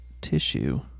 tissue